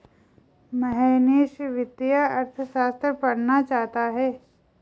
मोहनीश वित्तीय अर्थशास्त्र पढ़ना चाहता है